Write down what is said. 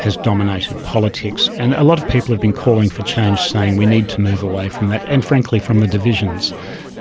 has dominated politics, and a lot of people have been calling for change saying we need to move away from it, and frankly from the divisions